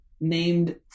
named